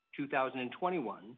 2021